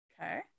okay